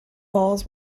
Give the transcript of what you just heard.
falls